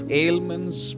ailments